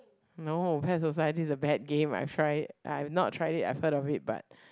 no Pet Society is a bad game I've tried it no I've not tried it I've heard of it but